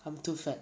I'm too fat